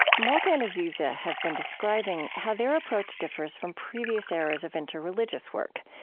malka and aziza have been describing how their approach differs from previous eras of interreligious work.